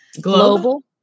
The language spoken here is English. Global